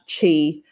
chi